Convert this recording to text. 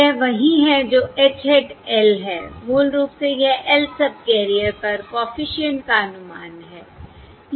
यह वही है जो H hat l है मूल रूप से यह lth सबकैरियर पर कॉफिशिएंट का अनुमान है